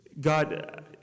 God